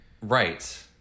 Right